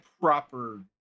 proper